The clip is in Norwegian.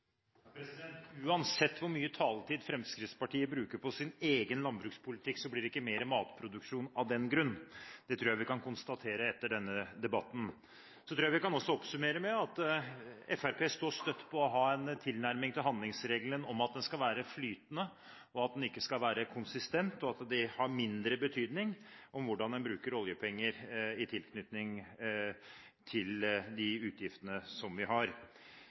Uansett hvor mye taletid Fremskrittspartiet bruker på sin egen landbrukspolitikk, blir det ikke mer matproduksjon av den grunn. Det tror jeg vi kan konstatere etter denne debatten. Så tror jeg vi også kan oppsummere med at Fremskrittspartiet står støtt på å ha den tilnærming til handlingsregelen at den skal være flytende, at den ikke skal være konsistent, og at det har mindre betydning hvordan en bruker oljepenger i tilknytning til de